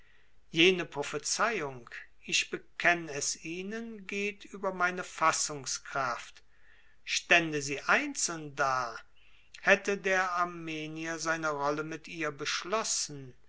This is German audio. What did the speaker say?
jene prophezeiung ich bekenn es ihnen geht über meine fassungskraft stände sie einzeln da hätte der armenier seine rolle mit ihr beschlossen